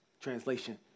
Translation